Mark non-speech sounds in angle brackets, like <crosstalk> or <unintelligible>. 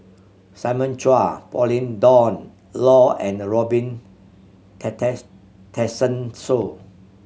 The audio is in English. Simon Chua Pauline Dawn Loh and Robin <unintelligible> Tessensohn